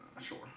Sure